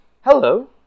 hello